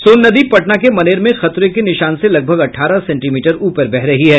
सोन नदी पटना के मनेर में खतरे के निशान से लगभग अठारह सेंटीमीटर ऊपर बह रही है